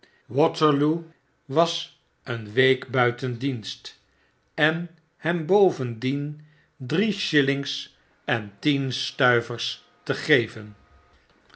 w was een week buiten dienst en hem bovendien drie shillings en tien stuivers te geven